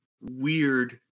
weird